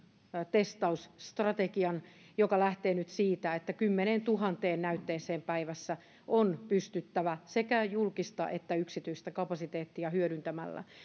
testausstrategian joka lähtee nyt siitä että kymmeneentuhanteen näytteeseen päivässä on pystyttävä sekä julkista että yksityistä kapasiteettia hyödyntämällä